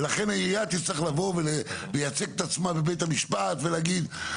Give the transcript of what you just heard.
ולכן העירייה תצטרך לבוא ולייצג את עצמה בבית המשפט ולהגיד,